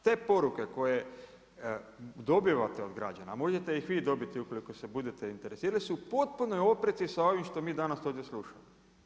I te poruke koje dobivate od građana, a možete ih i vi dobiti ukoliko se budete interesirali, su potpuno opreci sa ovime što mi danas ovdje slušamo.